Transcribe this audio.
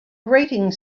grating